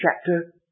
chapter